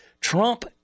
Trump